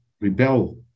rebel